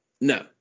No